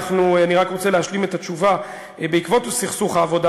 אני רק רוצה להשלים את התשובה: בעקבות סכסוך העבודה